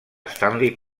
stanley